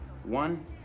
One